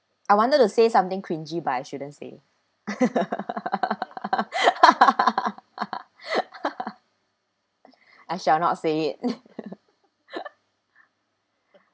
I wanted to say something cringe-y but I shouldn't say I shall not say it